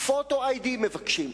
הם מבקשים להזדהות, Photo ID הם מבקשים.